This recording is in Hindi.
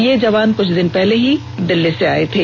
ये जवान कुछ दिन पहले ही दिल्ली से आए थे